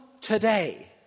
today